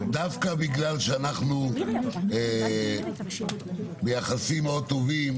דווקא בגלל שאנחנו ביחסים מאוד טובים,